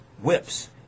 whips